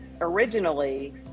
originally